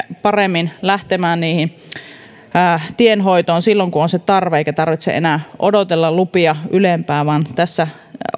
paremmin lähtemään tienhoitoon silloin kun on se tarve ei tarvitse enää odotella lupia ylempää vaan tässä